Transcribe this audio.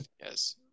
Yes